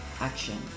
action